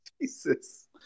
Jesus